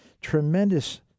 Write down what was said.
tremendous